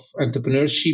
entrepreneurship